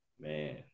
Man